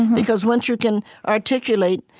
because once you can articulate,